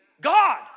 God